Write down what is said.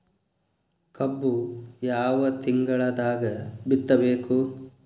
ಕಬ್ಬು ಯಾವ ತಿಂಗಳದಾಗ ಬಿತ್ತಬೇಕು?